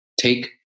Take